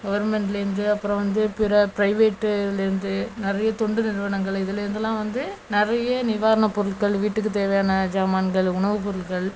கவர்மெண்ட்லேந்து அப்புறம் வந்து பிற ப்ரைவேட்டுலேந்து நிறைய தொண்டு நிறுவனங்கள் இதிலேந்துலாம் வந்து நிறைய நிவாரண பொருட்கள் வீட்டுக்கு தேவையான ஜாமான்கள் உணவு பொருள்கள்